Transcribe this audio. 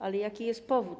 Ale jaki jest powód.